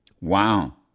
Wow